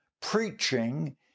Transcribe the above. preaching